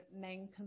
main